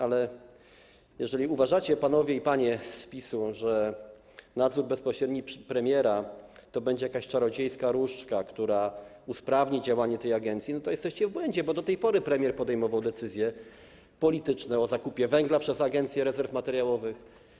Ale jeżeli uważacie, panowie i panie z PiS-u, że nadzór bezpośredni premiera będzie jakąś czarodziejską różdżką, która usprawni działanie tej agencji, to jesteście w błędzie, bo do tej pory premier podejmował decyzje polityczne o zakupie węgla przez Agencję Rezerw Materiałowych.